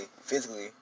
physically